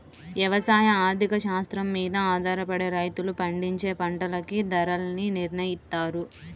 యవసాయ ఆర్థిక శాస్త్రం మీద ఆధారపడే రైతులు పండించే పంటలకి ధరల్ని నిర్నయిత్తారు